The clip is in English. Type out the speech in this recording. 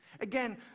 Again